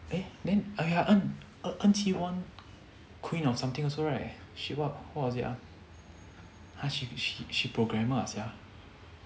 eh then ya then en enqi won queen of something also right she wha~ what was it ah !huh! she programmer ah sia